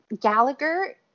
Gallagher